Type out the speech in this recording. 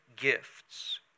gifts